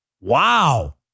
Wow